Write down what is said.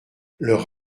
leur